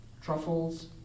truffles